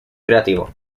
creativo